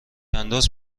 انداز